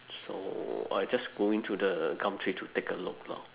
so I just go in to the gumtree to take a look lor